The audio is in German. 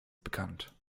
bekannt